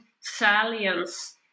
salience